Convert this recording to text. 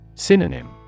Synonym